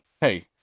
hey